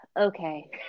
okay